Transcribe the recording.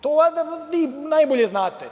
To valjda vi najbolje znate.